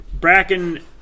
Bracken